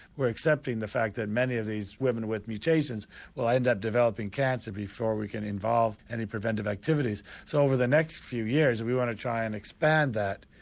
we're accepting the fact that many of these women with mutations will end up developing cancer before we can involve any preventive activities. so over the next few years, we want to try and expand that.